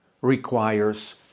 requires